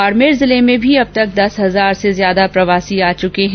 बाडमेर जिले में भी अब तक दस हजार से ज्यादा प्रवासी आ चुके है